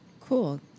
Cool